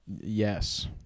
Yes